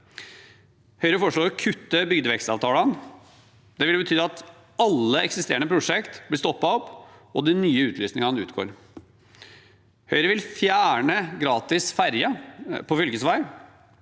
Høyre foreslår å kutte bygdevekstavtalene. Det ville bety at alle eksisterende prosjekter blir stoppet, og at de nye utlysningene utgår. Høyre vil fjerne gratis ferje på fylkesvei.